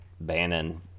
Bannon